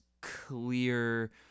clear